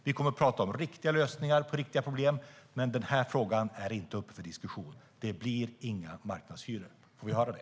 Vi kommer att tala om riktiga lösningar på riktiga problem, men den här frågan är inte uppe för diskussion. Det blir inga marknadshyror. Får vi höra det?